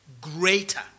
greater